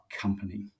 company